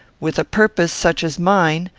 with a purpose such as mine,